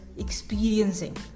experiencing